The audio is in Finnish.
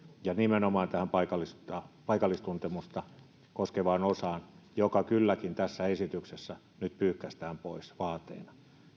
ja nimenomaan tätä paikallistuntemusta koskevaa osaa joka kylläkin tässä esityksessä nyt pyyhkäistään pois vaateena